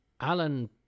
Alan